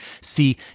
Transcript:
See